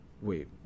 Wait